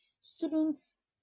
students